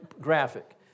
graphic